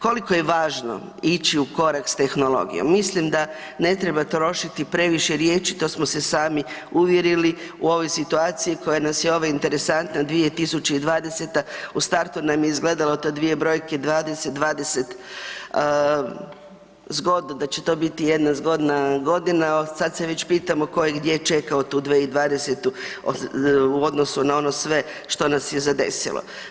Koliko je važno ići u korak s tehnologijom, mislim da ne treba trošiti previše riječi, to smo se sami uvjerili u ovoj situaciji koja nas je ova interesantna 2020. u startu nam je izgledalo ta dvije brojke 20,20 zgodno, da će to biti jedna zgodna godina, sad se već pitamo ko je gdje čekao tu 2020. u odnosu na ono sve što nas je zadesilo.